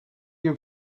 you